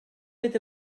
fydd